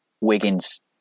Wiggins